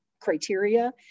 criteria